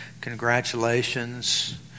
congratulations